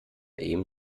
eben